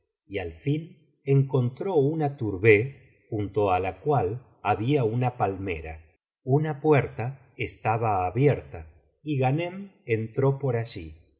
y al fin encontró una tourbeh junto ala cual había una palmera una puerta estaba abierta y ghaneni entró por allí